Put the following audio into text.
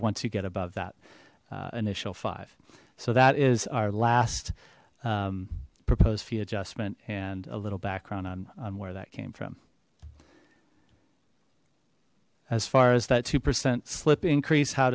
once you get above that initial five so that is our last proposed fee adjustment and a little background on where that came from as far as that two percent slip increase how